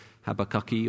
Habakkuk